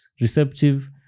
receptive